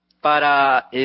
para